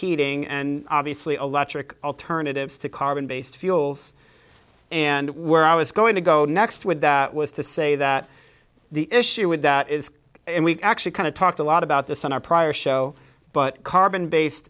heating and obviously a lot trick alternatives to carbon based fuels and where i was going to go next with that was to say that the issue with that is and we actually kind of talked a lot about this in our prior show but carbon based